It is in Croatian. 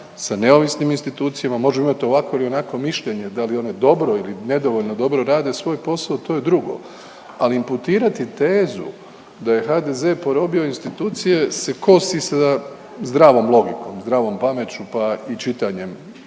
sa neovisnim institucijama, možemo imati ovakvo ili onakvo mišljenje, da li je ono dobro ili nedovoljno dobro rade svoj posao, to je drugo. Ali, imputirati tezu da je HDZ porobio institucije se kosi sa zdravom logikom, zdravom pameću, pa i čitanjem